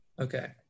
Okay